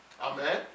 Amen